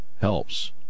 helps